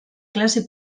klase